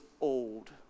old